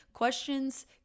Questions